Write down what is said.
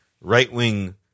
right-wing